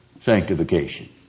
sanctification